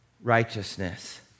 righteousness